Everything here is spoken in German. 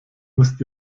müsst